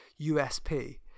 USP